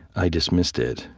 i dismissed it,